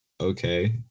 okay